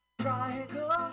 triangle